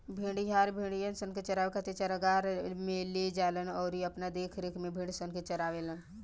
भेड़िहार, भेड़सन के चरावे खातिर चरागाह में ले जालन अउरी अपना देखरेख में भेड़सन के चारावेलन